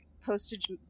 postage